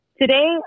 Today